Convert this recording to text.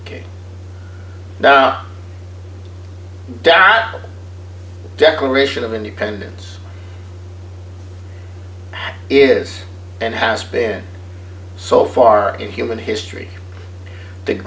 ok now doubt declaration of independence is and has been so far in human history the